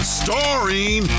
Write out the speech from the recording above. starring